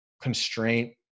constraint